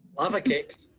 lava cakes.